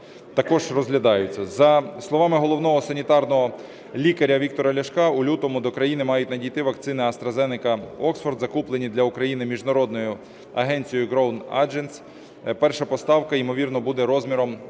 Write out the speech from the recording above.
також розглядаються. За словами головного санітарного лікаря Віктора Ляшка, у лютому до країни мають надійти вакцини AstraZeneсa/Oxford, закуплені для України міжнародною агенцією Crown Agents. Перша поставка ймовірно буде розміром 500